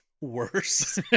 worse